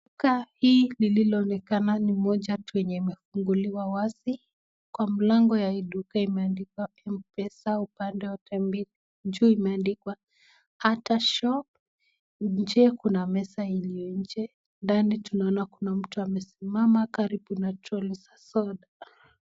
Duka hii lililoonekana ni moja tu lililofunguliwa wazi. Kwa mlango ya hii duka imeandika Mpesa. Juu imeandikwa Atah Shop, nje kuna meza na ndani tunaona kuna mtu aliyesimama karibu na kreti za soda.